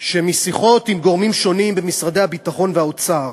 שמשיחות עם גורמים שונים במשרדי הביטחון והאוצר